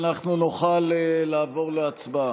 נא לשבת כדי שאנחנו נוכל לעבור להצבעה.